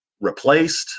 replaced